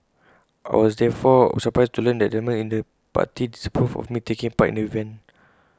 I was therefore surprised to learn that elements in the party disapproved of me taking part in the event